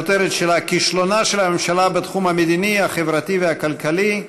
כישלונה של הממשלה בתחום המדיני, חברתי וכלכלי,